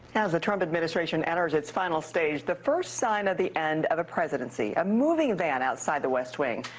as the trump administration enters its final stage, the first sign of the end of a presidency a moving van outside the west wing.